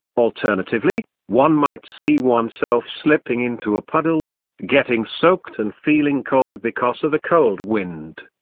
alternatively, one might see oneself slipping into a puddle, getting soaked and feeling cold because of a cold wind.